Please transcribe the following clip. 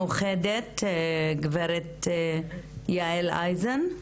מאוחדת, גב' יעל אייזן.